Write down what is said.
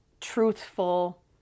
truthful